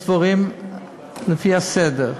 יש דברים לפי הסדר.